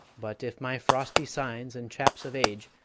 but if my frosty signs and chaps of age,